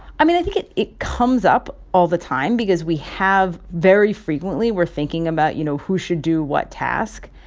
i mean, i think it it comes up all the time because we have very frequently, we're thinking about, you know, who should do what task.